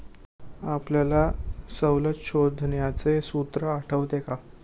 आपल्याला सवलत शोधण्याचे सूत्र आठवते का?